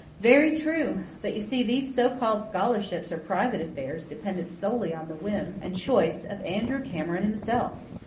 very true. but you see, these so-called scholarships are private affairs, dependent solely on the whim and choice of andrew cameron himself.